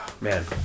man